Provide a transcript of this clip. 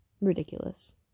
Ridiculous